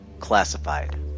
classified